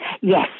Yes